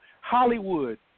Hollywood